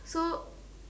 so